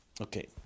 Okay